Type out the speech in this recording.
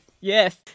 Yes